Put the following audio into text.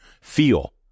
feel